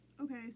okay